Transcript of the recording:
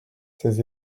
ces